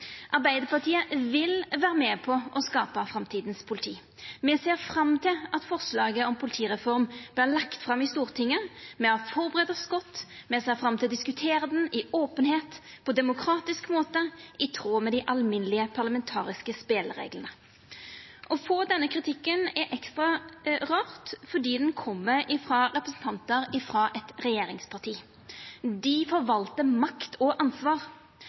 Arbeidarpartiet vil vera med på å skapa framtidas politi. Me ser fram til at forslaget om politireform vert lagt fram i Stortinget. Me har førebudd oss godt. Me ser fram til å diskutera det i openheit på demokratisk måte, i tråd med dei alminnelege parlamentariske spelereglane. Å få denne kritikken er ekstra rart fordi den kjem frå representantar frå eit regjeringsparti. Dei forvaltar makt og ansvar.